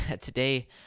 today